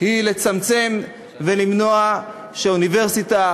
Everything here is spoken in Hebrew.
היא לצמצם ולמנוע שהאוניברסיטה,